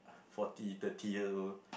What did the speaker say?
forty thirty year old